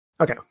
Okay